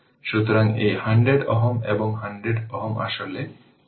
সুতরাং এই 100 Ω এবং 100 Ω আসলে প্যারালেল